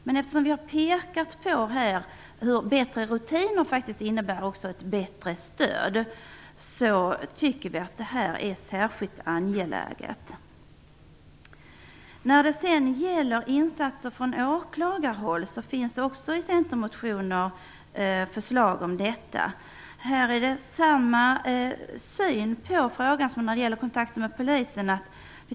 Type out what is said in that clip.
Men vi har här pekat på hur bättre rutiner innebär ett bättre stöd, och vi tycker att detta är särskilt angeläget. När det sedan gäller insatser från åklagarhåll finns det också förslag om detta i centermotioner. Vi har här samma syn på frågan som när det gäller kontakten med polisen.